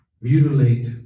mutilate